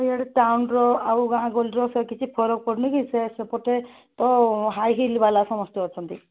ସେ ଇଆଡ଼େ ଟାଉନର ଆଉ ଗାଁ ଗହଲିର ସେ କିଛି ଫରକ ପଡ଼ୁନି କି ସେ ସେପଟେ ତ ହାଇ ହିଲ୍ ବାଲା ସମସ୍ତେ ଅଛନ୍ତି